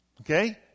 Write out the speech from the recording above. Okay